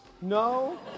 No